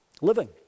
living